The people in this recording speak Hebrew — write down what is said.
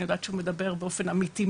אני יודעת שהוא מדבר באופן אמיתי,